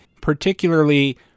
particularly